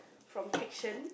from fiction